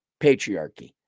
Patriarchy